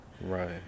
Right